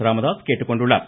ராமதாஸ் கேட்டுக்கொண்டுள்ளார்